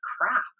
crap